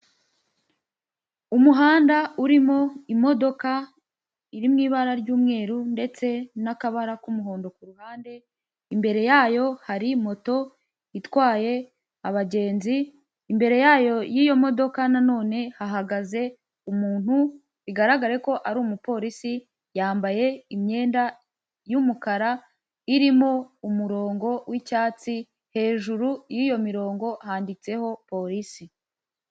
Umuhanda urimo imodoka iri mu ibara ry'umweru ndetse n'akabara k'umuhondo ku ruhande, imbere yayo hari moto itwaye abagenzi, imbere yayo y'iyo modoka nanone hahagaze umuntu bigaragare ko ari umupolisi yambaye imyenda y'umukara irimo umurongo w'icyatsi hejuru y'iyo mirongo handitseho polisi.